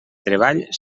treball